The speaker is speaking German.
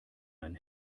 ein